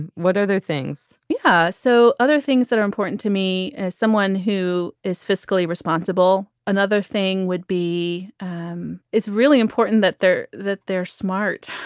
and what other things? yeah. so other things that are important to me, someone who is fiscally responsible. another thing would be um it's really important that they're that they're smart.